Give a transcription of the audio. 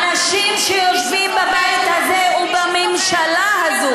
אנשים שיושבים בבית הזה ובממשלה הזו,